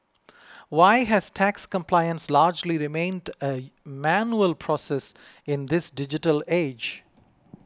why has tax compliance largely remained a manual process in this digital age